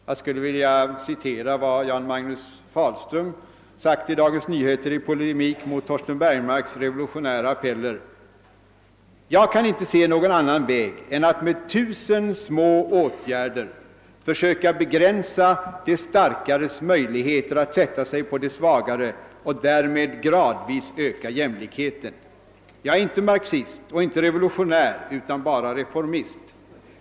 Jag skulle vilja citera vad Jan-Magnus Fahlström skrivit i Dagens Nyheter i polemik mot Torsten Bergmarks revolutionära appeller: >Jag kan inte se någon annan väg än att med tusen små åtgärder försöka begränsa de starkares möjligheter att sätta sig på de svagare och därmed gradvis öka jämlikheten. Jag är inte marxist och inte revolutionär utan bara reformist.